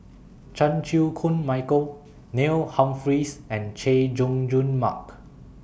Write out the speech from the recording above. Chan Chew Koon Michael Neil Humphreys and Chay Jung Jun Mark